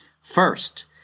first